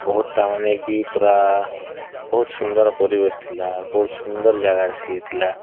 ବହୁତ ତା ମାନେ କି ପୁରା ବହୁତ ସୁନ୍ଦର ପରିବେଶ ଥିଲା ବହୁତ ସୁନ୍ଦର ଜାଗା ସିଏ ଥିଲା